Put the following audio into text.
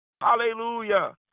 Hallelujah